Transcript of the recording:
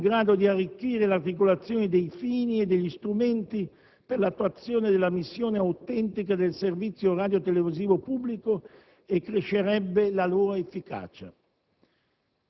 in grado di arricchire l'articolazione dei fini e degli strumenti per l'attuazione della missione autentica del servizio radiotelevisivo pubblico, e crescerebbe la loro efficacia.